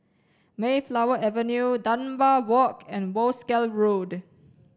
Mayflower Avenue Dunbar Walk and Wolskel Road